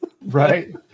right